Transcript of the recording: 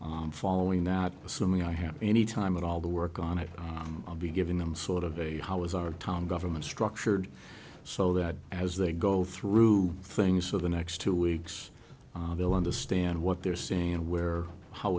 foxboro following that assuming i have any time at all the work on it i'll be giving them sort of a how is our town government structured so that as they go through things for the next two weeks they'll understand what they're saying and where how